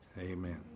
Amen